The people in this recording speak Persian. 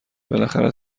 بالاخره